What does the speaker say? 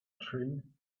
train